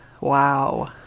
Wow